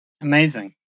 Amazing